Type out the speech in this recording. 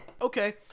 Okay